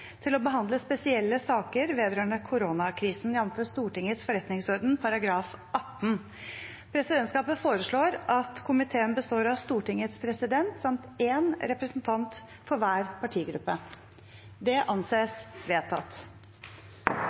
til å behandle spesielle saker vedrørende koronakrisen, jf. Stortingets forretningsorden § 18. Presidentskapet foreslår at komiteen består av Stortingets president samt én representant for hver partigruppe. – Det anses vedtatt.